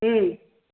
ம்